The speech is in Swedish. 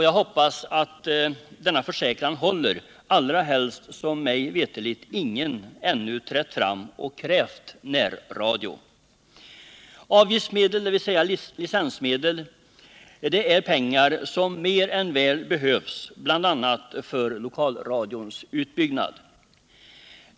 Jag hoppas att denna försäkran håller, allra helst som mig veterligt ingen ännu trätt fram och krävt närradio. Avgiftsmedlen, dvs. licensmedlen, behövs mer än väl för bl.a. lokalradions utbyggnad.